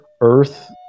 earth